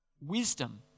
Wisdom